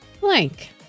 blank